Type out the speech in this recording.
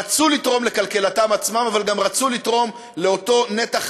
הם רצו לתרום לכלכלתם שלהם אבל גם רצו לתרום לאותו נתח